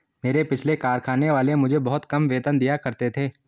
मेरे पिछले कारखाने वाले मुझे बहुत कम वेतन दिया करते थे